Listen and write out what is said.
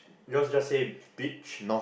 yours just say beach